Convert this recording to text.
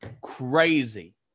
Crazy